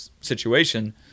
situation